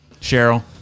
Cheryl